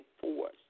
force